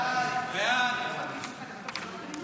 29 בעד, שבעה מתנגדים.